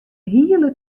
hiele